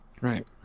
Right